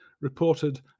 reported